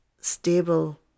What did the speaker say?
stable